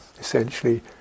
Essentially